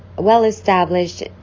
well-established